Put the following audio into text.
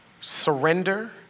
Surrender